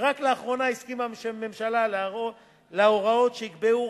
ורק לאחרונה הסכימה הממשלה להוראות שיקבעו